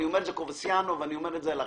אני אומר את לקובסניאנו ואני אומר את זה לכם.